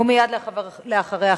ומייד אחריה,